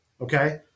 okay